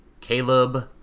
Caleb